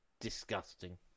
Disgusting